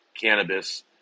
cannabis